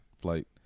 flight